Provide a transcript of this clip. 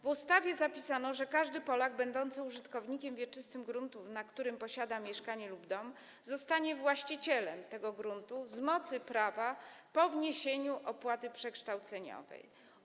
W ustawie zapisano, że każdy Polak będący użytkownikiem wieczystym gruntu, na którym posiada mieszkanie lub dom, zostanie właścicielem tego gruntu z mocy prawa, po wniesieniu opłaty przekształceniowej.